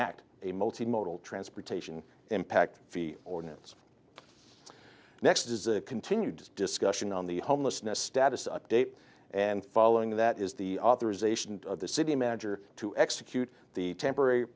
act a multi modal transportation impact ordinance next is a continued discussion on the homelessness status update and following that is the authorization of the city manager to execute the temporary